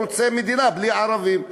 שהוא רוצה מדינה בלי ערבים.